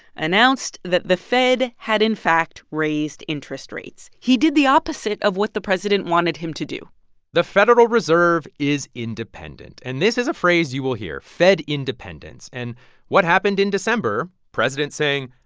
announced that the fed had, in fact, raised interest rates. he did the opposite of what the president wanted him to do the federal reserve is independent, and this is a phrase you will hear fed independence. and what happened in december president saying,